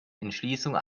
entschließung